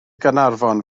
gaernarfon